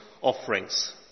offerings